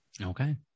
Okay